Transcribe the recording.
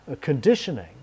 conditioning